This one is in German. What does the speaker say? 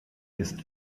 ist